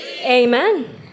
Amen